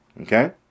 Okay